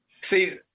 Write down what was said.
See